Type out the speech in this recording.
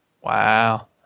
Wow